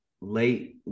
late